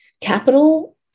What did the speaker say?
capital